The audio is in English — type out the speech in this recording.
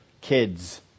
kids